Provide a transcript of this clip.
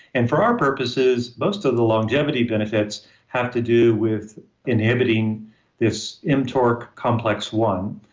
and for our purposes, most of the longevity benefits have to do with inhibiting this mtorc complex one.